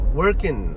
working